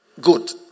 good